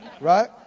Right